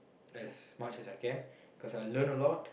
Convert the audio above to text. as much as I can because I learn a lot